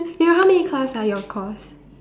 you got how many class ah your course